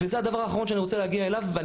זה הדבר האחרון שאני רוצה להגיע אליו ואני